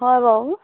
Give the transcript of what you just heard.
হয় বাৰু